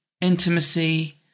intimacy